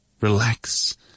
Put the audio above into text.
relax